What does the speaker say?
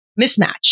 mismatch